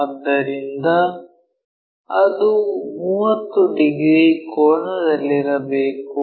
ಆದ್ದರಿಂದ ಅದು 30 ಡಿಗ್ರಿ ಕೋನದಲ್ಲಿರಬೇಕು